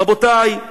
רבותי,